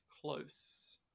close